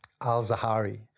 Al-Zahari